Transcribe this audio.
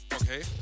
Okay